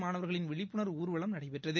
மாணவர்களின் விழிப்புணர்வு ஊர்வலம் நடைபெற்றது